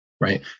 Right